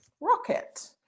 Rocket